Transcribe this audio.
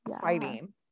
fighting